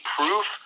proof